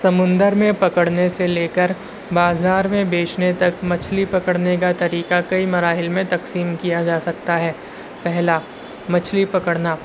سمندر میں پکڑنے سے لے کر بازار میں بیچنے تک مچھلی پکڑنے کا طریقہ کئی مراحل میں تقسیم کیا جا سکتا ہے پہلا مچھلی پکڑنا